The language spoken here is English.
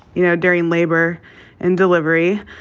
you know, during labor and delivery.